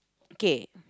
kay